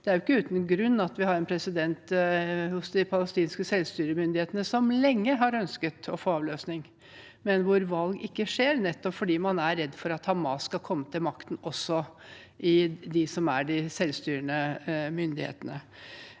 det er ikke uten grunn at presidenten for de palestinske selvstyremyndighetene lenge har ønsket å få avløsning, men hvor valg ikke skjer, nettopp fordi man er redd for at Hamas skal komme til makten også der. Når jeg mener